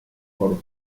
por